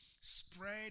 spread